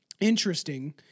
interesting